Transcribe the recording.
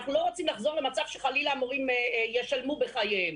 אנחנו לא רוצים לחזור למצב שחלילה מורים ישלמו בחייהם.